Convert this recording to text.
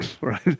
right